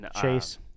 Chase